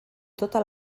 tota